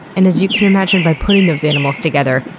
and as you can imagine by putting those animals together,